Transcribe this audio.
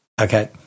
Okay